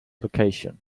location